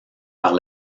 par